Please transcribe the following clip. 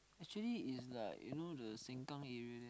actually it's like you know the Sengkang area there